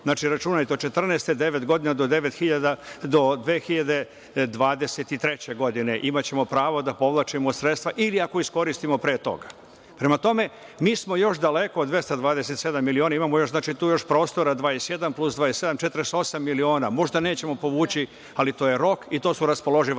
znači računajte od 2014. godine, devet godina, do 2023. godine imaćemo pravo da povlačimo sredstva, ili ako iskoristimo pre toga. Prema tome, mi smo još daleko od 227 miliona, imamo još tu prostora 21 plus 27, 48 miliona. Možda nećemo povući, ali to je rok i to su raspoloživa